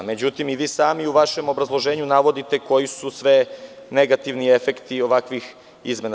Međutim, i vi sami u vašem obrazloženju navodite koji su sve negativni efekti ovakvih izmena.